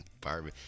Barbie